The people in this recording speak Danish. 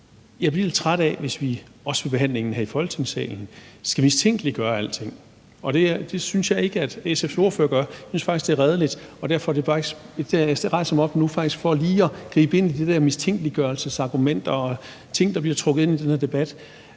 jeg bliver lidt træt af, hvis vi, også ved behandlingen her i Folketingssalen, skal mistænkeliggøre alting, og det synes jeg ikke SF's ordfører gør; jeg synes faktisk, det er redeligt. Jeg rejser mig op nu for faktisk lige at gribe ind i de der mistænkeliggørelsesargumenter og andet, der bliver trukket ind i den her debat,